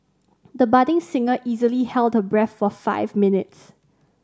the budding singer easily held her breath for five minutes